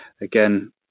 again